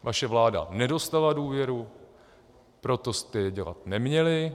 Vaše vláda nedostala důvěru, proto jste je dělat neměli.